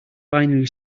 binary